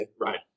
Right